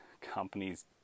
companies